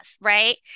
Right